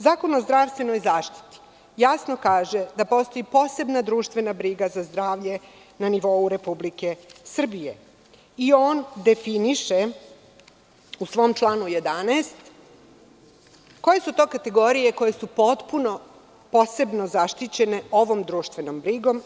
Zakon o zdravstvenoj zaštiti jasno kaže da postoji posebna društvena briga za zdravlje na nivou Republike Srbije i on definiše u svom članu 11. koje su to kategorije koje su posebno zaštićene ovom društvenom brigom.